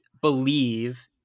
believe